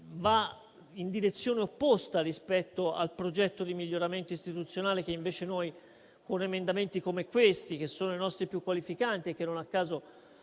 va in direzione opposta rispetto al progetto di miglioramento istituzionale che invece noi cerchiamo di proporre con emendamenti come questi, che sono i nostri più qualificanti e che, non a caso,